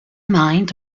mind